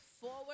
forward